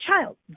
child